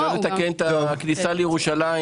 אפשר לתקן את הכניסה לירושלים,